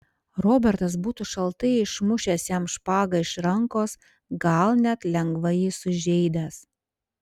robertas būtų šaltai išmušęs jam špagą iš rankos gal net lengvai jį sužeidęs